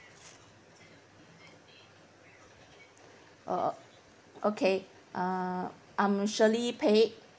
uh okay uh I'm shirley peik